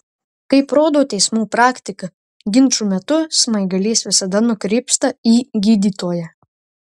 kaip rodo teismų praktika ginčų metu smaigalys visada nukrypsta į gydytoją